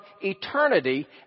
eternity